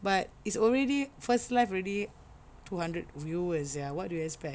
but it's already first live already two hundred viewers sia what do you expect